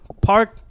Park